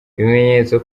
ibimenyetso